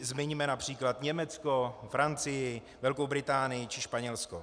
Zmiňme například Německo, Francii, Velkou Británii či Španělsko.